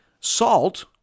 Salt